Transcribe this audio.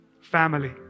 Family